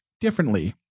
differently